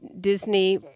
Disney